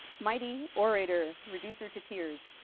mighty orator, reducer to tears.